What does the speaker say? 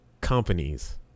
companies